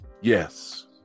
Yes